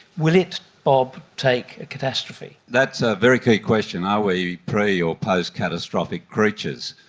will it, bob, take a catastrophe? that's a very key question are we pre or post-catastrophic creatures?